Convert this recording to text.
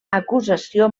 acusació